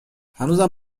هنوزم